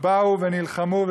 באו ונלחמו,